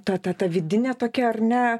ta ta ta vidinė tokia ar ne